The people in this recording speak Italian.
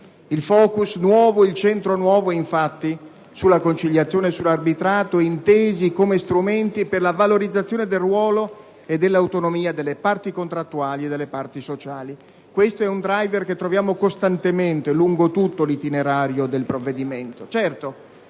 Il *focus* nuovo infatti è sulla conciliazione e sull'arbitrato intesi come strumenti per la valorizzazione del ruolo e dell'autonomia delle parti contrattuali e delle parti sociali. Questo è un *driver* che troviamo costantemente lungo tutto l'itinerario del provvedimento.